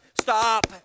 Stop